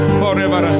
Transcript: forever